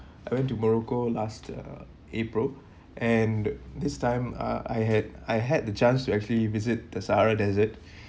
I went to morocco in last uh april and this time uh I had I had the chance to actually visit the sahara desert